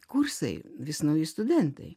kursai vis nauji studentai